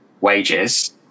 wages